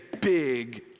big